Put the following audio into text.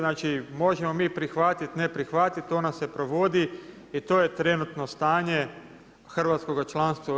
Znači, možemo mi prihvatit, ne prihvatit, ona se provodi i to je trenutno stanje hrvatskoga članstva u EU.